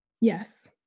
Yes